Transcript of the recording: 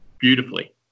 beautifully